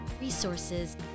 resources